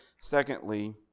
secondly